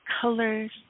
colors